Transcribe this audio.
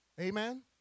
Amen